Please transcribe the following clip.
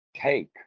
take